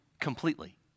completely